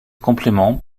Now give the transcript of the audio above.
complément